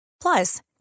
Plus